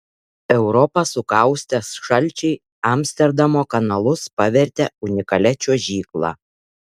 europą sukaustę šalčiai amsterdamo kanalus pavertė unikalia čiuožykla